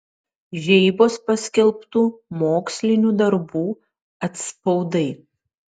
žeibos paskelbtų mokslinių darbų atspaudai